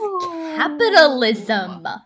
capitalism